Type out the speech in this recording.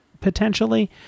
potentially